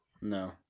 No